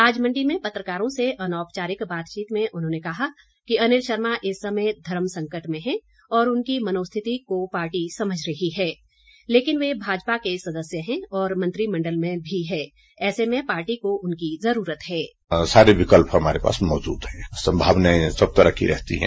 आज मंडी में पत्रकारों से अनौपचारिक बातचीत में उन्होंने कहा कि अनिल शर्मा इस समय धर्म संकट में हैं और उनकी मनोस्थिति को पार्टी समझ रही है लेकिन वे भाजपा के सदस्य है और मंत्रिमंडल में भी हैं ऐसे में पार्टी को उनकी जरूरत है